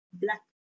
black